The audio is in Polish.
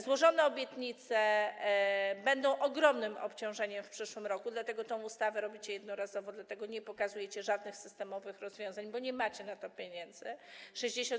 Złożone obietnice będą ogromnym obciążeniem w przyszłym roku, dlatego tę ustawę wprowadzacie jednorazowo, dlatego nie pokazujecie żadnych systemowych rozwiązań, bo nie macie na to pieniędzy.